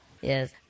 Yes